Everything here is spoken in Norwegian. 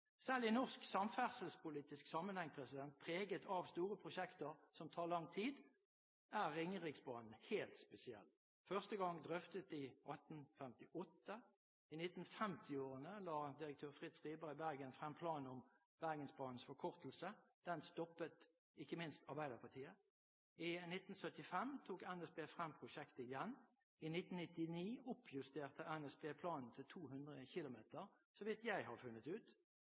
Selv i norsk samferdselspolitisk sammenheng, preget av store prosjekter som tar lang tid, er Ringeriksbanen helt spesiell. Den ble første gang drøftet i 1858. I 1950-årene la direktør Fritz C. Rieber i Bergen frem planen om Bergensbanens forkortelse. Den stoppet ikke minst Arbeiderpartiet. I 1975 tok NSB prosjektet frem igjen. I 1991 oppjusterte NSB planen til 200 km – så vidt jeg har funnet ut.